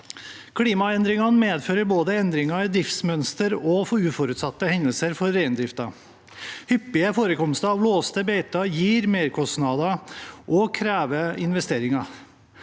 Klimaendringene medfører både endringer i driftsmønster og uforutsette hendelser for reindriften. Hyppige forekomster av låste beiter gir merkostnader og krever investeringer.